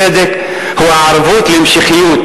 צדק הוא הערבות להמשכיות.